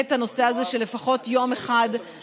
הנושא הזה של עבודה מהבית לפחות יום אחד בשבוע.